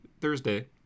Thursday